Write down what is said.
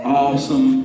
awesome